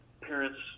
parents